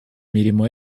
imilimo